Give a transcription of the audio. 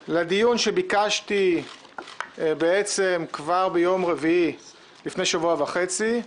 14:00 לדיון שביקשתי בעצם כבר ביום רביעי לפני שבוע וחצי,